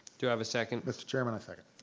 do i have a second? mr. chairman i second.